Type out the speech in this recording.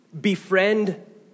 befriend